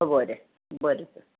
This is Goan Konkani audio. बरें बरें तर